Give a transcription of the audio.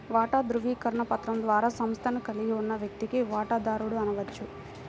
వాటా ధృవీకరణ పత్రం ద్వారా సంస్థను కలిగి ఉన్న వ్యక్తిని వాటాదారుడు అనవచ్చు